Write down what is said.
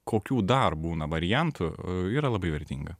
kokių dar būna variantų yra labai vertinga